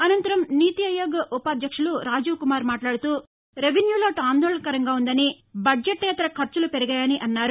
అనంతరం నీతి ఆయోగ్ ఉపాధ్యక్షుడు రాజీవ్కుమార్ మాట్లాదుతూరెవెన్యూ లోటు ఆందోళనకరంగా ఉందనిబద్దెబేతర ఖర్చులు పెరిగాయని అన్నారు